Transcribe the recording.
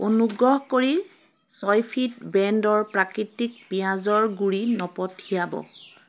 অনুগ্ৰহ কৰি চয়ফিট ব্ৰেণ্ডৰ প্ৰাকৃতিক পিঁয়াজৰ গুড়ি নপঠিয়াব